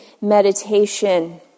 meditation